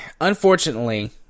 Unfortunately